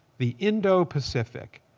the indo-pacific.